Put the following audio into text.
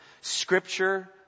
Scripture